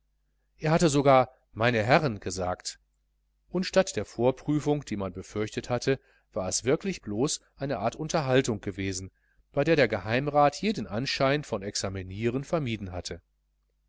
er hatte sogar meine herren gesagt und statt der vorprüfung die man befürchtet hatte war es wirklich blos eine art unterhaltung gewesen bei der der geheimrat jeden anschein von examinieren vermieden hatte